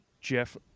Jeff